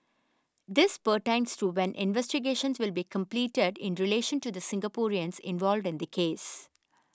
this pertains to when investigations will be completed in relation to the Singaporeans involved in the case